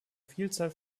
vielzahl